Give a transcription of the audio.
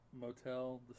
Motel